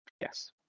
yes